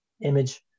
image